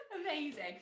Amazing